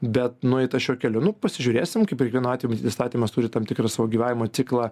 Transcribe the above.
bet nueita šiuo keliu nu pasižiūrėsim kaip kiekvienu atveju įstatymas turi tam tikrą savo gyvenimo ciklą